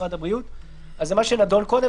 משרד הבריאות.";" זה מה שנדון קודם,